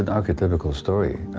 and archetypical story.